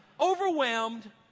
overwhelmed